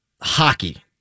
hockey